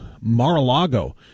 Mar-a-Lago